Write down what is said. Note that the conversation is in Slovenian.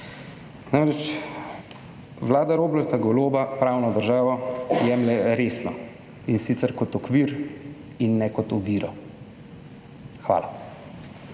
Namreč Vlada Roberta Goloba pravno državo jemlje resno in sicer kot okvir in ne kot oviro. Hvala.